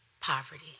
poverty